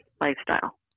lifestyle